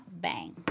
bang